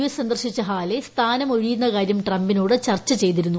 S സന്ദർശിച്ച Haley സ്ഥാനം ഒഴിയുന്ന കാര്യം ട്രംപിനോട് ചർച്ച ചെയ്തിരുന്നു